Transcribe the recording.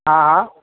हा